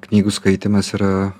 knygų skaitymas yra